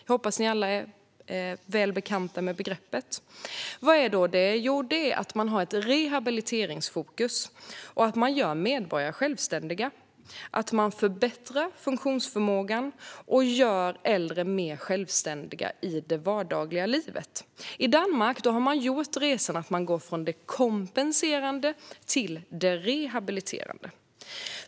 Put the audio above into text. Jag hoppas att ni alla är väl bekanta med begreppet. Vad är då det? Jo, det är att man har ett rehabiliteringsfokus och gör medborgarna självständiga. Man förbättrar funktionsförmågan och gör äldre mer självständiga i det vardagliga livet. I Danmark har man gjort resan att gå från det kompenserande till det rehabiliterande.